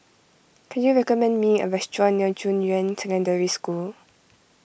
can you recommend me a restaurant near Junyuan Secondary School